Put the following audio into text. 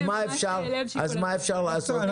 אז מה אפשר לעשות?